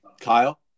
Kyle